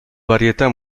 varietà